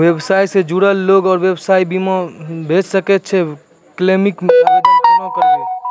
व्यवसाय सॅ जुड़ल लोक आर व्यवसायक बीमा भऽ सकैत छै? क्लेमक आवेदन कुना करवै?